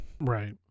right